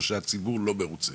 או שהציבור לא מרוצה?